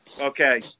Okay